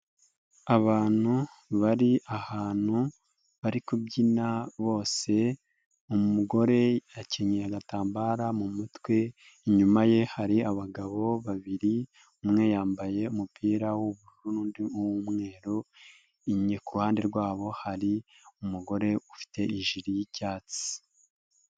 Abantu bari ahantu bari kubyina bose, umugore akinnye agatambara mu mutwe, inyuma ye hari abagabo babiri, umwe yambaye umupira w'ubururu, undi uw'umweru, iruhande rwabo hari umugore ufite ijire y'icyatsi.